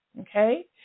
okay